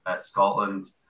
Scotland